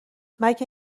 مگه